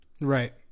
Right